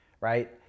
right